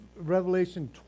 Revelation